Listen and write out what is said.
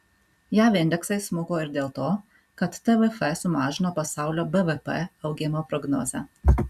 jav indeksai smuko ir dėl to kad tvf sumažino pasaulio bvp augimo prognozę